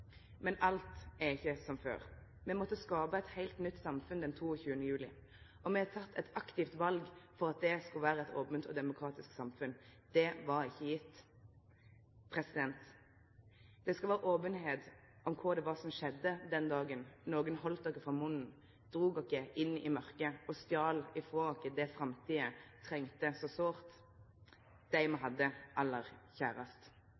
men alt er ikkje som før. Me måtte skape eit heilt nytt samfunn den 22. juli, og me har teke eit aktivt val for at det skulle vere eit ope og demokratisk samfunn. Det var ikkje gjeve. Det skal vere openheit om kva som skjedde den dagen nokon heldt dykk for munnen, drog dykk inn i mørket og stal frå dykk det framtida trong så sårt – dei me hadde aller kjærast.